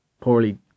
poorly